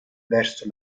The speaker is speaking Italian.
verso